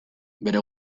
bere